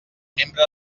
membre